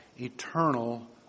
eternal